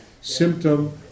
symptom